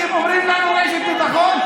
אתם אומרים לנו "רשת ביטחון"?